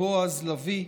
בועז ולביא,